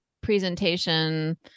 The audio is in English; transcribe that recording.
presentation